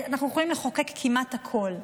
אנחנו יכולים לחוקק כמעט הכול,